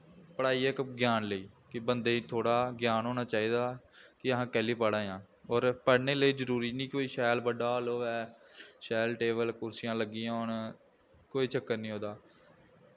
पढ़ाई इक ज्ञान लेई कि बंदे गी थोह्ड़ा ज्ञान होना चाहिदा कि अस कैल्ली पढ़ा दे आं होर पढ़ने लेई जरूरी निं कि कोई शैल बड्डा हाल होऐ शैल टेबल कुर्सियां लग्गी दियां होन कोई चक्कर निं ओह्दा